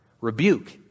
rebuke